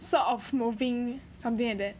sort of moving something like that